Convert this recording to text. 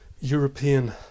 European